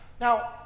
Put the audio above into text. Now